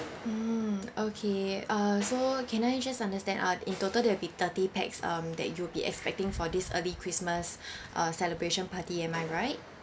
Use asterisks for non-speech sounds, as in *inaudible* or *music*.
mm okay uh so can I just understand uh in total there'll be thirty pax um that you'll be expecting for this early christmas *breath* uh celebration party am I right